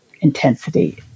intensity